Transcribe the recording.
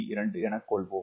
2 எனக் கொள்வோம்